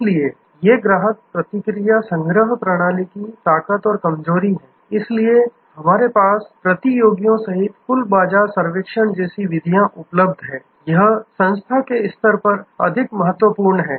इसलिए ये ग्राहक प्रतिक्रिया संग्रह प्रणाली की ताकत और कमजोरी हैं इसलिए हमारे पास प्रतियोगियों सहित कुल बाजार सर्वेक्षण जैसी विधियां उपलब्ध हैं यह संस्था के स्तर पर अधिक महत्वपूर्ण है